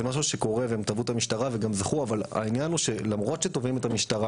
זה משהו שקורה, והם תבעו את המשטרה